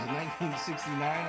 1969